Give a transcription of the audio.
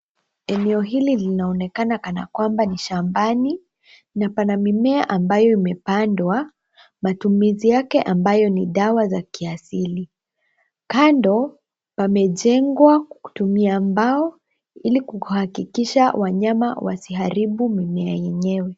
Eneo hili linaonekana kana kwamba ni shambani na pana mimea ambayo imepandwa, matumizi yake ambayo ni dawa za kiasili. Kando pamejengwa kutumia mbao ili kuhakikisha wanyama wasiharibu mimea yenyewe.